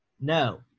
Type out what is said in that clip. No